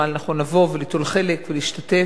ראה לנכון לבוא וליטול חלק ולהשתתף.